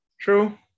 True